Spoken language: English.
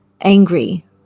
angry